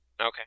Okay